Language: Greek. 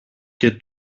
και